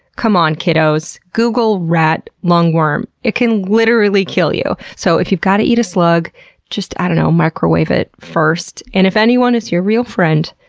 come on, kiddos. google, rat lungworm. it can literally kill you. so if if you've gotta eat a slug just, i dunno, microwave it first. and if anyone is your real friend,